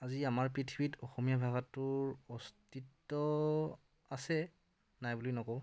আজি আমাৰ পৃথিৱীত অসমীয়া ভাষাটোৰ অস্তিত্ব আছে নাই বুলি নকওঁ